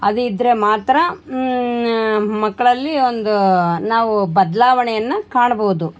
ಅದು ಇದ್ರೆ ಮಾತ್ರ ಮಕ್ಕಳಲ್ಲಿ ಒಂದು ನಾವು ಬದಲಾವಣೆಯನ್ನ ಕಾಣ್ಬೋದು